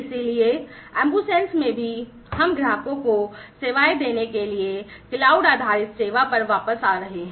इसलिए AmbuSens में भी हम ग्राहकों को सेवाएं देने के लिए क्लाउड आधारित सेवा पर वापस आ रहे हैं